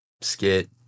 skit